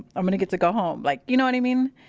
i'm gonna get to go home. like, you know what i mean?